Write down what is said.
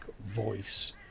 voice